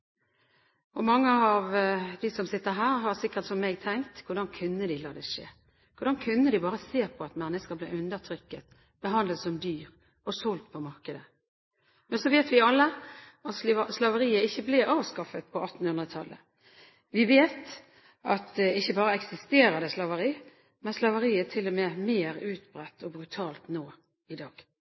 Mange av dem som sitter her, har sikkert, som meg, tenkt: Hvordan kunne de la det skje? Hvordan kunne de bare se på at mennesker ble undertrykket, behandlet som dyr og solgt på markedet? Men så vet vi alle at slaveriet ikke ble avskaffet på 1800-tallet. Vi vet at ikke bare eksisterer det slaveri, men slaveri er til og med mer utbredt og brutalt nå, i dag.